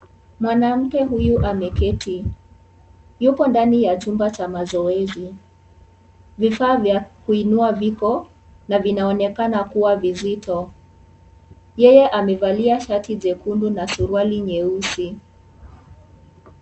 Mwanamke huyu ameketi, yuko ndani ya chumba cha mazoezi. Vifaa vya kuinua viko na vinaonekana kuwa vizito, yeye amevalia shati jekundu na suruali nyeusi.